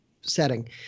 setting